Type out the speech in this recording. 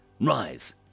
rise